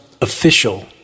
official